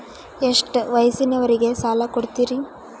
ಎಷ್ಟ ವಯಸ್ಸಿನವರಿಗೆ ಸಾಲ ಕೊಡ್ತಿರಿ?